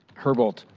herbold.